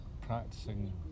practicing